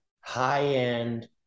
high-end